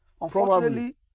Unfortunately